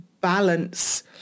balance